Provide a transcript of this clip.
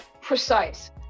precise